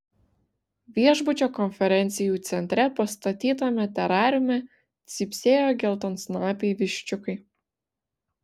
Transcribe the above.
viešbučio konferencijų centre pastatytame terariume cypsėjo geltonsnapiai viščiukai